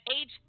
age